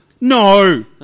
No